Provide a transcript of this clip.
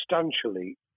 substantially